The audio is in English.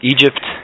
Egypt